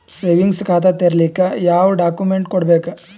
Savings ಖಾತಾ ತೇರಿಲಿಕ ಯಾವ ಡಾಕ್ಯುಮೆಂಟ್ ಕೊಡಬೇಕು?